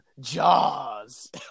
Jaws